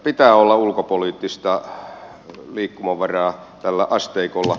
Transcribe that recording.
pitää olla ulkopoliittista liikkumavaraa tällä asteikolla